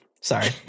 Sorry